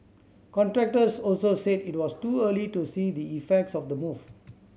contractors also said it was too early to see the effects of the move